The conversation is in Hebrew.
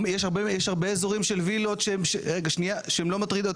יש הרבה אזורים של וילות שהן לא מטרידות